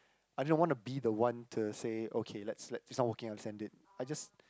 I didn't want to be the one to say okay let's let's it's not working I'll send it I just